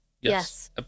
Yes